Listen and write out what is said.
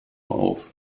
auf